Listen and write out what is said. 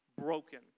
broken